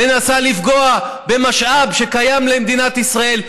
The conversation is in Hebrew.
מנסה לפגוע במשאב שקיים למדינת ישראל,